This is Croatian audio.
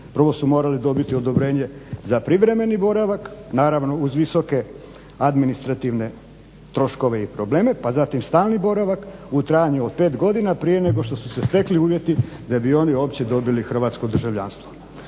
Prvo su morali dobiti odobrenje za privremeni boravak, naravno uz visoke administrativne troškove i probleme, pa zatim stalni boravak u trajanju od 5 godina prije nego što su se stekli uvjeti da bi oni uopće dobili hrvatsko državljanstvo.